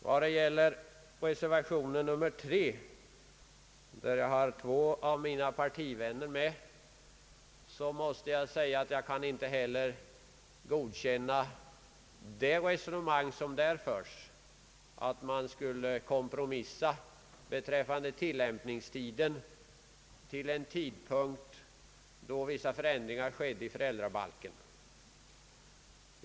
Två av mina partivänner har anslutit sig till reservation 3, men jag kan inte godkänna det resonemang som förs där, nämligen att man beträffande tillämpningen skulle kompromissa och låta reglerna vara giltiga från en tidpunkt då vissa förändringar skedde i föräldrabalken.